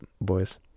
boys